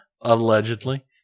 Allegedly